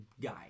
guy